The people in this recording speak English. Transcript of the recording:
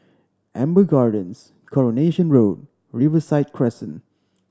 Amber Gardens Coronation Road Riverside Crescent